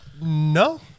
No